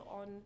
on